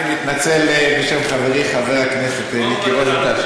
אני מתנצל בשם חברי חבר הכנסת מיקי רוזנטל,